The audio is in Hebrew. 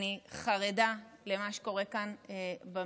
אני חרדה למה שקורה כאן במדינה.